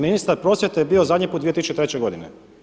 Ministar prosvjete je bio zadnji put 2003. godine.